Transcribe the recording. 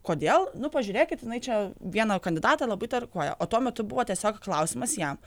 kodėl nu pažiūrėkit jinai čia vieną kandidatą labai tarkuoja o tuo metu buvo tiesiog klausimas jam